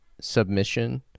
submission